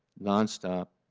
nonstop,